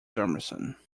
summerson